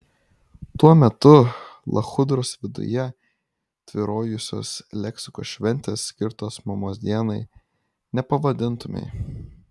tuo metu lachudros viduje tvyrojusios leksikos šventės skirtos mamos dienai nepavadintumei